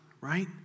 right